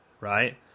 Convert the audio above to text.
Right